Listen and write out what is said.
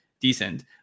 decent